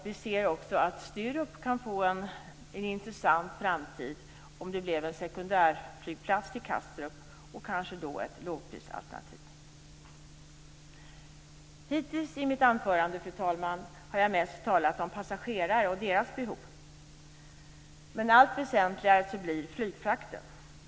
Sturups framtid kunde bli mycket intressant om det blev en sekundärflygplats till Kastrup och kanske då ett lågprisalternativ. Fru talman! Hittills i mitt anförande har jag mest talat om passagerare och deras behov. Men flygfrakten blir allt väsentligare.